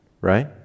right